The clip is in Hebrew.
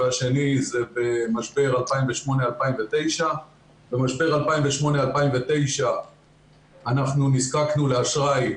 והשני זה במשבר 2009-2008. במשבר 2009-2008 אנחנו נזקקנו לאשראי,